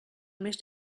més